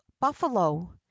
Buffalo